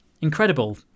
Incredible